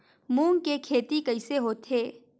मूंग के खेती कइसे होथे?